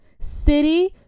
City